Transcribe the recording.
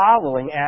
following